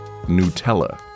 Nutella